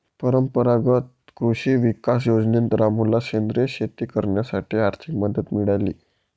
परंपरागत कृषी विकास योजनेत रामूला सेंद्रिय शेती करण्यासाठी आर्थिक मदत मिळाली